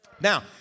Now